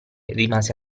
rimase